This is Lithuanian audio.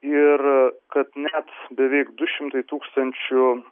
ir kad net beveik du šimtai tūkstančių